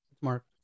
Mark